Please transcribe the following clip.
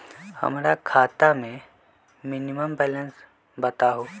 हमरा खाता में मिनिमम बैलेंस बताहु?